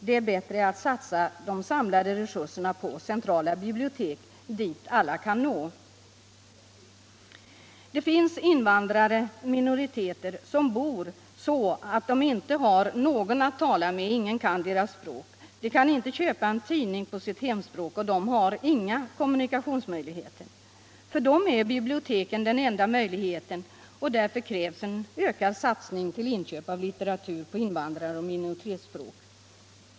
Det är bättre att satsa de samlade resurserna på centrala bibliotek, dit alla kan nå. Vi har invandrarminoriteter som bor så, att de inte har någon att tala med. Ingen kan deras språk. De kan inte köpa en tidning på sitt hemspråk. De har inga kommunikationsmöjligheter. För dem är biblioteken den enda möjligheten. Därför krävs en ökad satsning till inköp av litteratur på invandraroch minoritetsspråk.